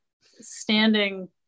Standing